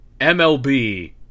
mlb